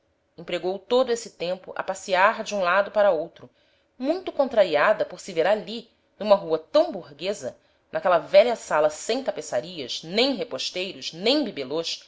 empregou todo esse tempo a passear de um lado para outro muito contrariada por se ver ali numa rua tão burguesa naquela velha sala sem tapeçarias nem reposteiros nem